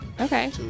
Okay